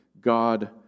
God